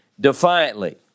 Defiantly